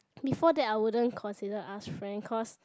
before that I wouldn't consider us friend cause